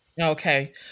Okay